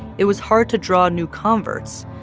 it was hard to draw new converts.